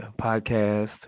podcast